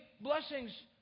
blessings